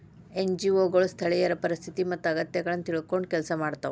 NGO ಗಳು ಸ್ಥಳೇಯರ ಪರಿಸ್ಥಿತಿ ಮತ್ತ ಅಗತ್ಯಗಳನ್ನ ತಿಳ್ಕೊಂಡ್ ಕೆಲ್ಸ ಮಾಡ್ತವಾ